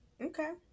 Okay